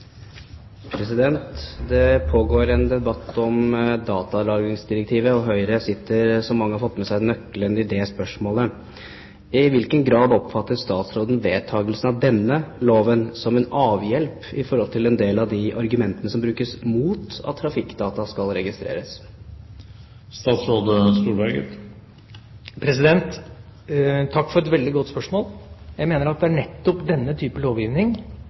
Høyre sitter – som mange har fått med seg – med nøkkelen i det spørsmålet. I hvilken grad oppfatter statsråden vedtakelsen av denne loven som en avhjelp i forhold til en del av de argumentene som brukes mot at trafikkdata skal registreres? Takk for et veldig godt spørsmål. Jeg mener at det nettopp er denne type lovgivning